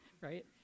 right